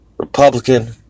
Republican